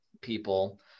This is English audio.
people